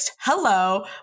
Hello